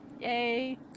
Yay